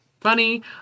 Funny